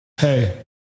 Hey